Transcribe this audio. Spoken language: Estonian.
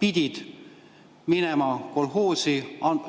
pidid minema kolhoosi,